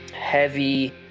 heavy